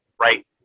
Right